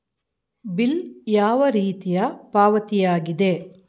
Bill ಯಾವ ರೀತಿಯ ಪಾವತಿಯಾಗಿದೆ?